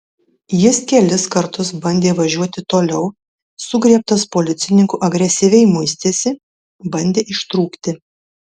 jis kelis kartus bandė važiuoti toliau sugriebtas policininkų agresyviai muistėsi bandė ištrūkti